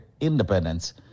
independence